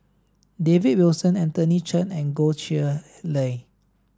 David Wilson Anthony Chen and Goh Chiew Lye